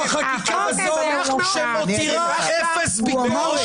הדבר היחיד שמופרך זו החקיקה הזאת שמותירה אפס ביקורת,